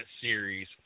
series